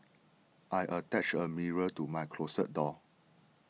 I attached a mirror to my closet door